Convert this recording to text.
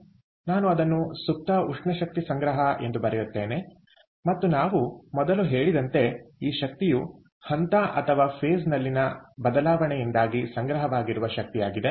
ಆದ್ದರಿಂದ ನಾನು ಅದನ್ನು ಸುಪ್ತ ಉಷ್ಣ ಶಕ್ತಿ ಸಂಗ್ರಹ ಎಂದು ಬರೆಯುತ್ತೇನೆ ಮತ್ತು ನಾವು ಮೊದಲು ಹೇಳಿದಂತೆ ಈ ಶಕ್ತಿಯು ಹಂತ ಅಥವಾ ಫೇಸ್ ದಲ್ಲಿನ ಬದಲಾವಣೆಯಿಂದಾಗಿ ಸಂಗ್ರಹವಾಗಿರುವ ಶಕ್ತಿ ಆಗಿದೆ